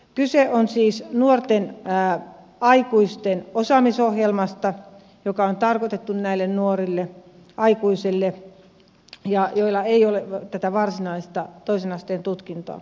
kyse on siis nuorten aikuisten osaamisohjelmasta joka on tarkoitettu näille nuorille aikuisille joilla ei ole tätä varsinaista toisen asteen tutkintoa